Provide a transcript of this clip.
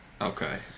Okay